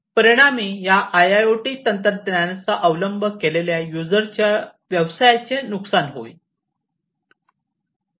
परिणामी या आयओटी तंत्रज्ञानाचा अवलंब केलेल्या युजरच्या व्यवसायाचे नुकसान होईल